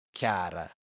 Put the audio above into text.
chiara